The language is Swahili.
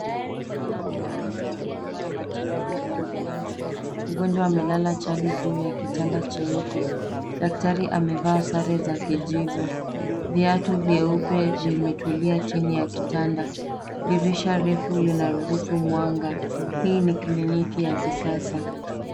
Mwanamke anatoa huduma ya matibabu kwa mgonjwa. Mgonjwa amelala chali juu ya kitanda cheupe. Daktari amevaa sare za kijivu. Viatu vyeupe vimetulia chini ya kitanda. Dirisha refu linaruhusu mwanga. Hii ni kliniki ya kisasa.